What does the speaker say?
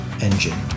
engine